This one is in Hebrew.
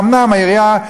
אומנם העירייה,